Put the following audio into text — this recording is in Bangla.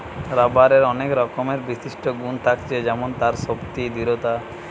রাবারের অনেক রকমের বিশিষ্ট গুন থাকতিছে যেমন তার শক্তি, দৃঢ়তা